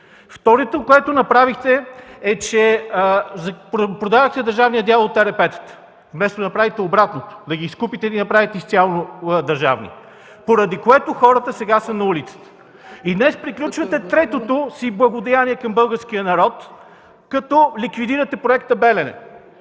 Второто, което направихте, е, че продадохте държавния дял от ЕРП-тата, вместо да направите обратното – да ги изкупите и да ги направите изцяло държавни, поради което хората сега са на улицата. И днес приключвате третото си благодеяние към българския народ, като ликвидирате проекта „Белене”.